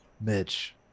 Mitch